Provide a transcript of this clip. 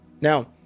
Now